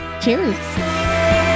cheers